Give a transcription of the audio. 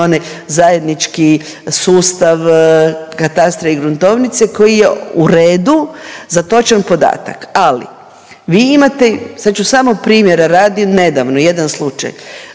one zajednički sustav katastra i gruntovnice koji je u redu za točan podatak. Ali, vi imate, sad ću samo primjera radi, nedavno jedan slučaj.